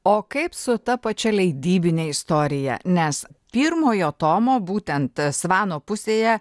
o kaip su ta pačia leidybinę istoriją nes pirmojo tomo būtent svano pusėje